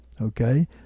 Okay